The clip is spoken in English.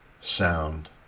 sound